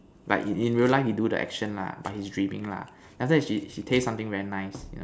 like in in real life he do the action lah but he dreaming lah then after that he he taste something very nice